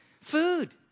food